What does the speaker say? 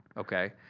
okay?